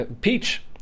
peach